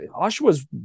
Oshawa's